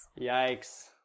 Yikes